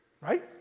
right